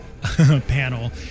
panel